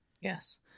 yes